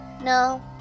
No